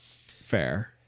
fair